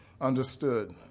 understood